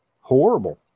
horrible